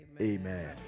Amen